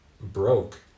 broke